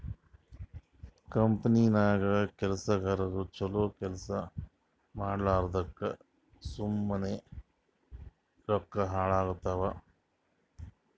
ಕಂಪನಿನಾಗ್ ಕೆಲ್ಸಗಾರು ಛಲೋ ಕೆಲ್ಸಾ ಮಾಡ್ಲಾರ್ದುಕ್ ಸುಮ್ಮೆ ರೊಕ್ಕಾ ಹಾಳಾತ್ತುವ್